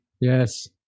Yes